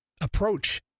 approach